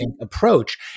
approach